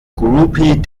groupie